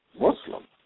Muslim